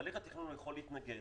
בתהליך התכנון הוא יכול להתנגד,